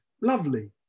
lovely